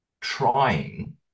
trying